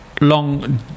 long